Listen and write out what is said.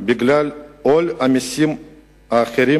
בגלל עול המסים האחרים